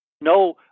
no